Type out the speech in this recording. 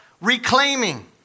reclaiming